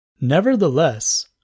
Nevertheless